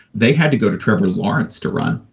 they had to go to trevor lawrence to run.